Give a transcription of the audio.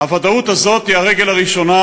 הוודאות הזאת היא הרגל הראשונה,